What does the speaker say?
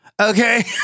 Okay